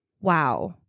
Wow